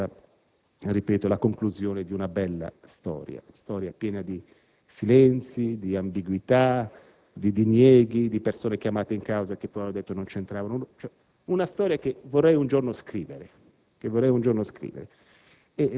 Non credo che sia stata la conclusione di una bella storia: una storia piena di silenzi, di ambiguità, di dinieghi, di persone chiama te in causa che poi hanno detto che non c'entravano nulla, una storia che vorrei un giorno scrivere.